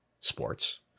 sports